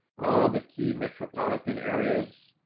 all the key metropolitan areas.